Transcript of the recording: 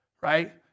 right